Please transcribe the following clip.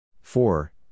four